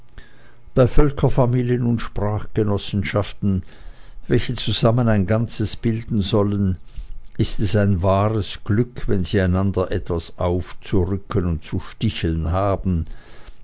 bei völkerfamilien und sprachgenossenschaften welche zusammen ein ganzes bilden sollen ist es ein wahres glück wenn sie einander etwas aufzurücken und zu sticheln haben